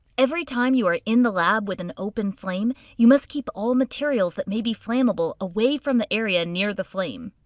every time you are in the lab with an open flame, you must keep all materials that may be flammable away from the area near the flame.